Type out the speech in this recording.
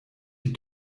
die